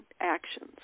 actions